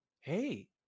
Hey